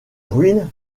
ruines